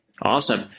Awesome